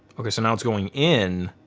okay so now it's going in.